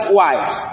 wives